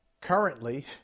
currently